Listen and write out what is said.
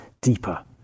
deeper